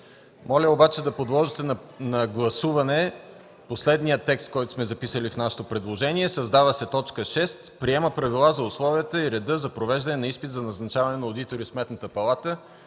Моля обаче да подложите на гласуване последния текст, който сме записали в нашето предложение: „... създава се т. 6: „6. приема правила за условията и реда за провеждане на изпит за назначаване на одитори в Сметната палата”.